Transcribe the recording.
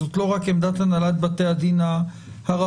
זו לא רק עמדת הנהלת בתי הדין הרבניים,